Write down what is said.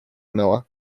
miller